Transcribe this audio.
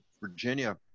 Virginia